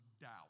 doubt